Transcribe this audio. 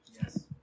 Yes